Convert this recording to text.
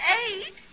eight